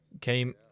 came